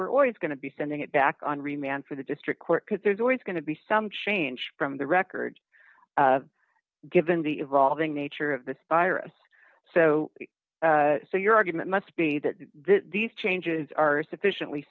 we're always going to be sending it back on remand for the district court because there's always going to be some change from the record given the evolving nature of this fire so so your argument must be that these changes are sufficiently